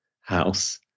house